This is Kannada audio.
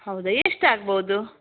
ಹೌದಾ ಎಷ್ಟಾಗ್ಬೌದು